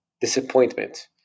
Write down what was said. disappointment